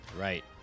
Right